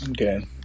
Okay